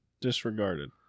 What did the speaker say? disregarded